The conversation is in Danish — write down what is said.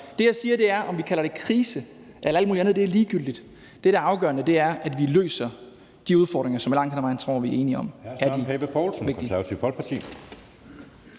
Det, jeg siger, er: Om vi kalder det krise eller alt muligt andet, er ligegyldigt; det, der er afgørende, er, at vi løser de udfordringer, som jeg langt hen ad vejen tror vi enige om